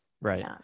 right